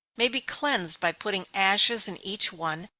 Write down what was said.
may be cleansed by putting ashes in each one,